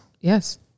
Yes